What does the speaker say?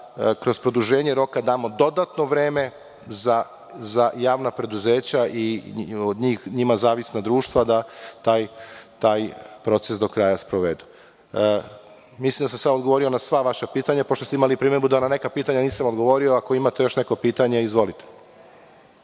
kroz produženje roka damo dodatno vreme za javna preduzeća i njima zavisna društva da taj proces do kraja sprovedu. Mislim da sam odgovorio na sva vaša pitanja, pošto ste imali primedbu da na neka pitanja nisam odgovorio. Ako imate još neko pitanje, izvolite.